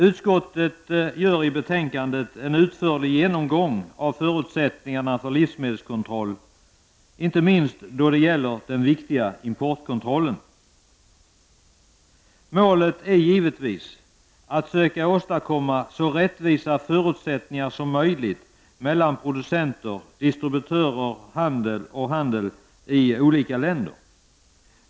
Utskottet gör i betänkandet en utförlig genomgång av förutsättningarna för livsmedelskontroll, inte minst då det gäller den viktiga importkontrollen. Målet är givetvis att söka åstadkomma så rättvisa förutsättningar som möjligt mellan producenter, distributörer och handel i olika länder.